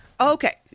Okay